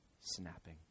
snapping